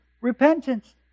repentance